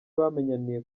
bamenyaniye